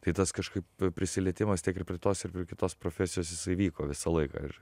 tai tas kažkaip prisilietimas tiek ir prie tos kitos profesijos jisai vyko visą laiką ir